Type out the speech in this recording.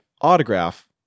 autograph